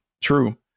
true